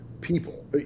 people